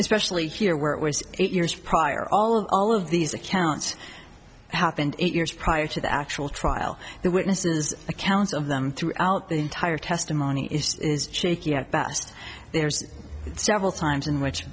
especially here where it was eight years prior all all of these accounts happened eight years prior to the actual trial the witnesses accounts of them throughout the entire testimony is shaky at best there's several times in which